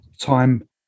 time